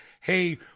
hey